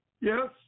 Yes